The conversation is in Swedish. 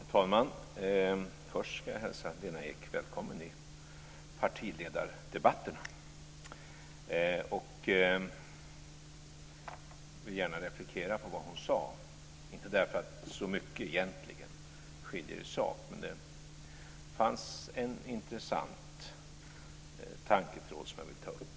Herr talman! Först ska jag hälsa Lena Ek välkommen i partiledardebatterna. Jag vill gärna replikera på vad hon sade - inte för att det egentligen skiljer så mycket i sak, men det fanns en intressant tanketråd som jag vill ta upp.